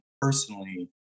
personally